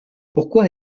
pourquoi